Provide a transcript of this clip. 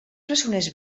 presoners